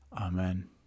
Amen